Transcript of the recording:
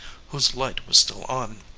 whose light was still on.